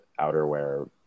outerwear